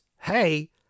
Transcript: hey